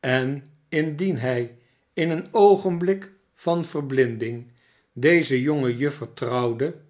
en indien hij in een oogenblik van verblinding deze jongejuffer trouwde